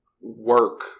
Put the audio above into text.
work